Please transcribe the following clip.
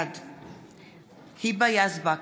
בעד היבה יזבק,